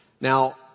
Now